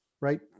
right